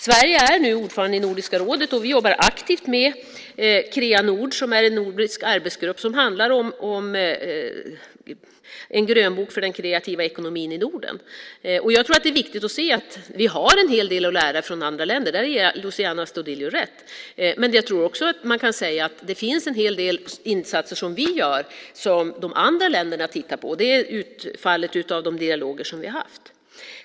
Sverige är nu ordförande i Nordiska rådet och vi arbetar aktivt med Kreanord som är en nordisk arbetsgrupp som handlar om en grönbok för den kreativa ekonomin i Norden. Vi har en hel del att lära från andra länder. Där ger jag Luciano Astudillo rätt. Men jag tror att man också kan säga att vi gör en hel del insatser som andra länder tittar på. Det är utfallet av de dialoger vi har haft.